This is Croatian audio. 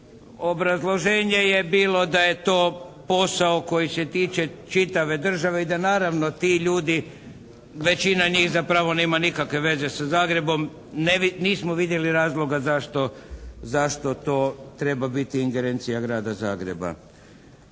Obrazloženje je bilo da je to posao koji se tiče čitave države i da naravno ti ljudi, većina njih zapravo nema nikakve veze sa Zagrebom. Nismo vidjeli razloga zašto, zašto to treba biti ingerencija grada Zagreba.